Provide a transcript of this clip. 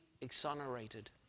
exonerated